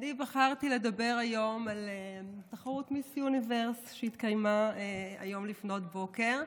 אני בחרתי לדבר היום על תחרות מיס יוניברס שהתקיימה היום לפנות בוקר.